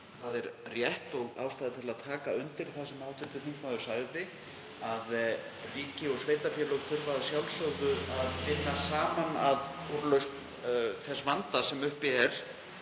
Það er rétt, og ástæða til að taka undir það sem hv. þingmaður sagði, að ríki og sveitarfélög þurfa að sjálfsögðu að vinna saman að úrlausn þess vanda sem uppi er.